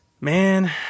Man